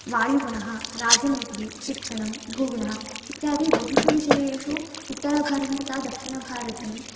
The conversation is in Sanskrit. वायुगुणः राजनीतिः शिक्षणं भूगुणः इत्यादि बहुषु विषयेषु उत्तरभारतं तथा दक्षिणभारतं